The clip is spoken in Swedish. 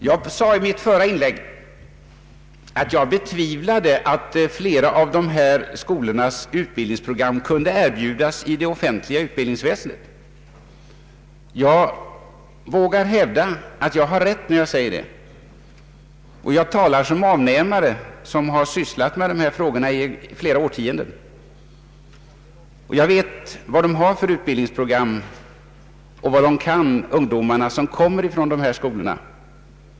Jag sade i mitt förra inlägg att jag betvivlade att flera av dessa skolors utbildningsprogram kunde erbjudas i det offentliga utbildningsväsendet. Jag vågar hävda att jag har rätt i mitt påstående. Jag talar nu som avnämare, och jag har sysslat med dessa frågor i flera årtionden. Jag vet vilka utbildningsprogram dessa skolor har och vad de ungdomar kan som kommer därifrån.